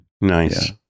Nice